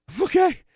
okay